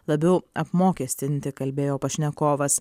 labiau apmokestinti kalbėjo pašnekovas